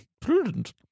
Prudent